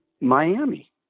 Miami